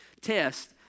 Test